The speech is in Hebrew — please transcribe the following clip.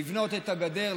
לבנות את הגדר,